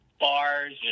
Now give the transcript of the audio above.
bars